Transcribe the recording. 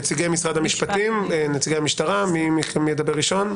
נציגי משרד המשפטים, נציגי המשטרה, מי ידבר ראשון?